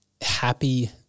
happy